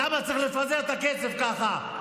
למה צריך לפזר את הכסף ככה?